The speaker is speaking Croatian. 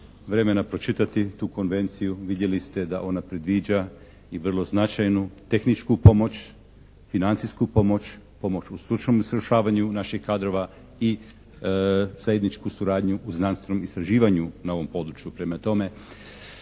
vremena pročitati tu Konvenciju vidjeli ste da ona predviđa i vrlo značajnu tehničku pomoć, financijsku pomoć, pomoć u stručnom usavršavanju naših kadrova i zajedničku suradnju u znanstvenom istraživanju na ovom području.